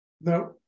No